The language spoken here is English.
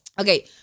Okay